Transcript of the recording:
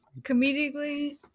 Comedically